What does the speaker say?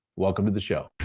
welcome to the show.